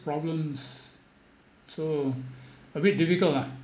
problems so a bit difficult lah